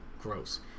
gross